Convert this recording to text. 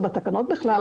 או בתקנות בכלל,